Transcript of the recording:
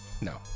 no